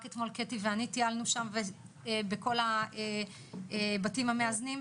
רק אתמול קטי ואני טיילנו בכל הבתים המאזנים.